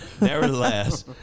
nevertheless